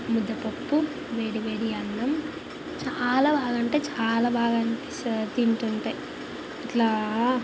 ముద్దపప్పు వేడి వేడి అన్నం చాల బాగంటే చాల బాగనిపిస్తుంది అది తింటుంటే అట్లా